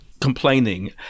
complaining